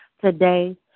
today